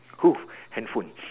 cool handphone